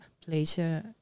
pleasure